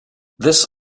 this